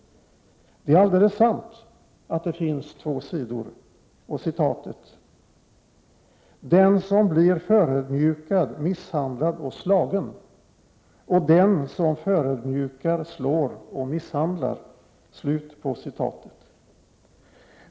Det är alldeles sant att det finns två sidor: ”den som blir förödmjukad, misshandlad och slagen, och den som förödmjukar, slår och misshandlar”.